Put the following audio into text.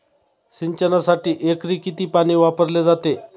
सिंचनासाठी एकरी किती पाणी वापरले जाते?